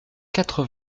quatre